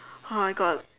!huh! I got